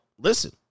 listen